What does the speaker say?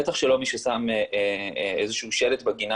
בטח לא מי ששם איזה שהוא שלט בגינה